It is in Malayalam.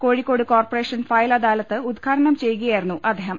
കോഴിക്കോട് കോർപ്പറേഷൻ ഫയൽ അദാലത്ത് ഉദ്ഘാടനം ചെയ്യുകയായിരുന്നു അദ്ദേഹം